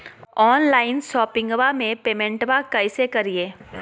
Online शोपिंगबा में पेमेंटबा कैसे करिए?